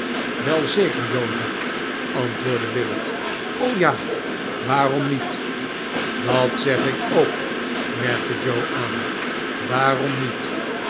wel zeker jozef antwoordde willet ja waarom niet dat zeg ik k merkte joe aan waarom niet